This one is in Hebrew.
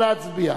לא נתקבלה.